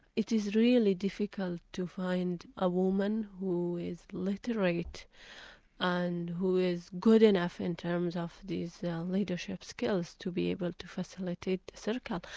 it is really difficult to find a woman who is literate and who is good enough in terms of these leadership skills to be able to facilitate the circle.